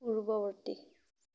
পূৰ্বৱৰ্তী